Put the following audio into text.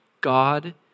God